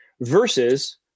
Versus